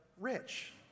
rich